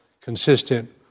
consistent